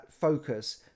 focus